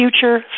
future